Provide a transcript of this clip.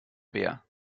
bär